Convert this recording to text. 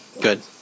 Good